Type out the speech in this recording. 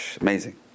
amazing